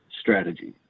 strategy